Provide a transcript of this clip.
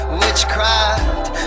witchcraft